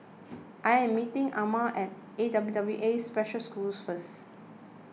I am meeting Almer at A W W A Special School first